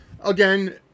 Again